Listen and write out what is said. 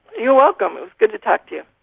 you're welcome, it was good to talk to you.